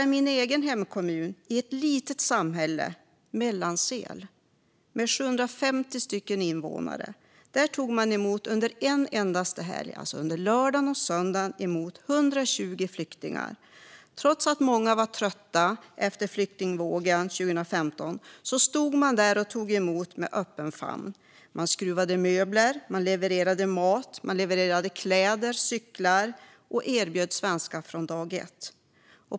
I min hemkommun, bara i det lilla samhället Mellansel med 750 invånare, tog man under lördagen och söndagen en endaste helg emot 120 flyktingar. Trots att många var trötta efter flyktingvågen 2015 stod man där och tog emot med öppen famn. Man skruvade ihop möbler, man levererade mat, kläder och cyklar och man erbjöd svenska från dag ett.